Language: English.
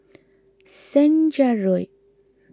Senja Road